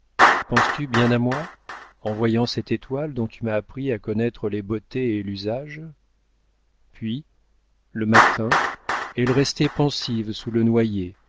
penses-tu bien à moi en voyant cette étoile dont tu m'as appris à connaître les beautés et l'usage puis le matin elle restait pensive sous le noyer